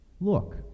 Look